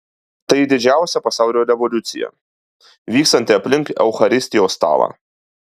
tai didžiausia pasaulio revoliucija vykstanti aplink eucharistijos stalą